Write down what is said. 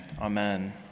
Amen